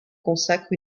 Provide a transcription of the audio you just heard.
consacre